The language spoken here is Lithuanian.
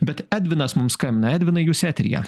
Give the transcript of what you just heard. bet edvinas mums skambina edvinai jūs eteryje